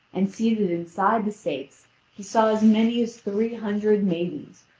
and seated inside the stakes he saw as many as three hundred maidens,